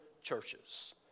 churches